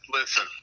listen